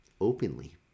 openly